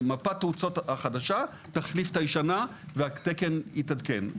מפת תאוצות החדשה תחליף את הישנה, והתקן יתעדכן.